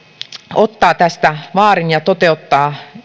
ottaa tästä vaarin ja toteuttaa